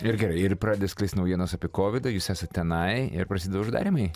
ir gerai ir pradeda sklist naujienos apie kovidą jūs esat tenai ir prasideda uždarymai